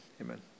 amen